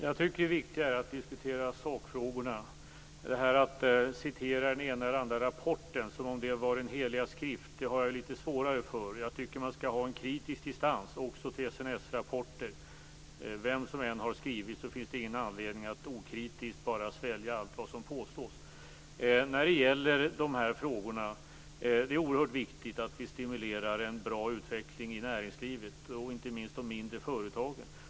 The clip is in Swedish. Fru talman! Det viktiga är att diskutera sakfrågorna. Att citera den ena eller den andra rapporten som om det vore den heliga skrift har jag litet svårare för. Jag tycker att man skall ha en kritisk distans också till SNS-rapporter. Vem som än har skrivit dem finns det ingen anledning att okritiskt bara svälja allt vad som påstås. Det är oerhört viktigt att vi stimulerar en bra utveckling i näringslivet, inte minst i de mindre företagen.